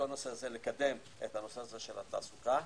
לקדם את הנושא של התעסוקה.